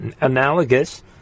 analogous